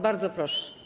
Bardzo proszę.